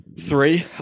Three